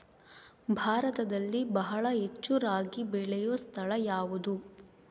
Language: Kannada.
ಭಾರತದಲ್ಲಿ ಬಹಳ ಹೆಚ್ಚು ರಾಗಿ ಬೆಳೆಯೋ ಸ್ಥಳ ಯಾವುದು?